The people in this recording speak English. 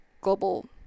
global